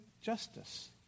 justice